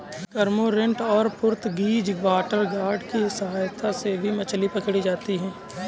cormorant और Portuguese water dog की सहायता से भी मछली पकड़ी जाती है